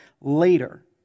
later